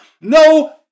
No